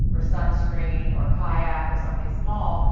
or sunscreen or kayak or something small,